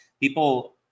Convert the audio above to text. People